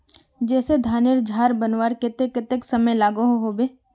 जैसे धानेर झार बनवार केते कतेक समय लागोहो होबे?